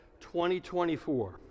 2024